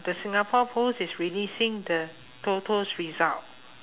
the singapore post is releasing the toto's result